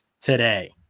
today